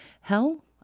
Hell